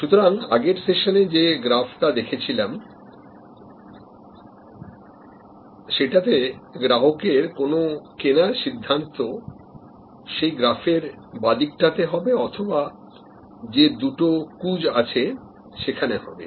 সুতরাং আগের সেশনে যে গ্রাফটা দেখেছিলাম সেটাতে গ্রাহকের কোন কেনার সিদ্ধান্ত সেই গ্রাফের বাঁদিকে হবে অথবা যে দুটো কুঁজ আছে সেখানে হবে